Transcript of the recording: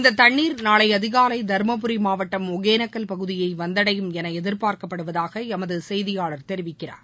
இந்த தண்ணீர் நாளை அதிகாலை தருமபுரி மாவட்டம் ஒகேளக்கல் பகுதியை வந்தடையும் என எதிர்பார்க்கப்படுவதாக எமது செய்தியாளர் தெரிவிக்கிறார்